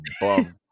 bum